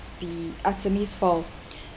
be artemis fowl